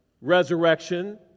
resurrection